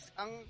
ang